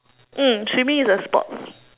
mm swimming is a sport